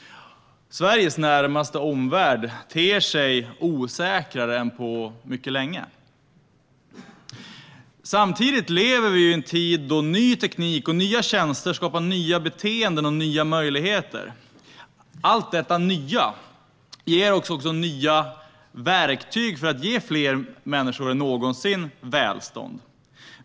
Sveriges närmaste omvärld ter sig osäkrare än på mycket länge. Samtidigt lever vi i en tid då ny teknik och nya tjänster skapar nya beteenden och nya möjligheter. Allt detta nya ger oss också nya verktyg för att ge fler människor än någonsin välstånd.